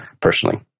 personally